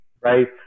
Right